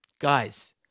guys